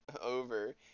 over